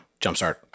Jumpstart